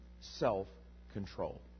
self-control